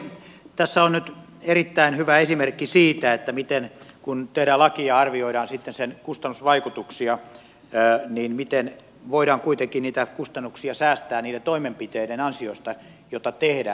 tässä on nyt erittäin hyvä esimerkki siitä kun tehdään laki ja arvioidaan sitten sen kustannusvaikutuksia miten voidaan kuitenkin niitä kustannuksia säästää niiden toimenpiteiden ansiosta joita tehdään